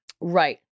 Right